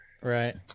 right